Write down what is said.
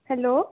hello